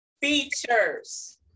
Features